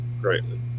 greatly